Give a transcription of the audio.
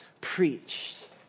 preached